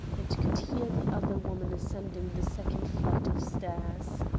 and could hear the other woman ascending the second flight of stairs.